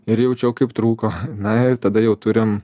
ir jaučiau kaip trūko na ir tada jau turim